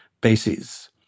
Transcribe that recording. bases